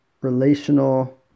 relational